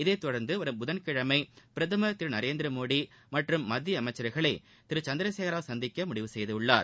இதை தொடர்ந்து வரும் புதன்கிழமை பிரதமர் திரு நரேந்திரமோடி மற்றும் மத்திய அமைச்சர்களை மதிரு சந்திரசேகரராவ் சந்திக்க முடிவு செய்துள்ளார்